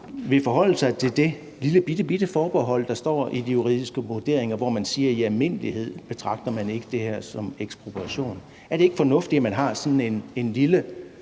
vil forholde sig til det lillebitte forbehold, der står i de juridiske vurderinger, hvor man siger, at man i almindelighed ikke betragter det her som ekspropriation. Er det ikke fornuftigt, at man har sådan en lille